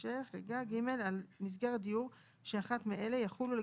(ג)על מסגרת דיור שהיא אחת מאלה יחולו,